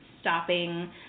stopping